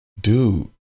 dude